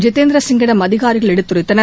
ஜிதேந்திர சிங்கிடம் அதிகாரிகள் எடுத்துரைத்தனர்